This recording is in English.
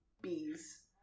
bees